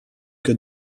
que